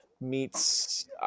meets